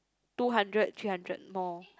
two hundred three hundred more